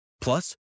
Plus